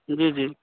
जी जी